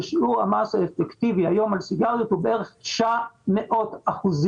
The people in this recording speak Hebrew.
שיעור המס האפקטיבי היום על סיגריות הוא בערך 900 אחוזים.